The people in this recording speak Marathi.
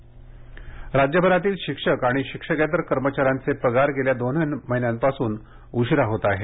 शिक्षक पगार राज्यभरातील शिक्षक शिक्षकेतर कर्मचाऱ्यांचे पगार गेल्या दोन महिन्यांपासून उशीरा होत आहेत